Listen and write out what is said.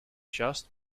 just